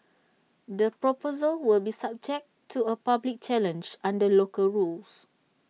the proposal will be subject to A public challenge under local rules